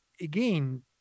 again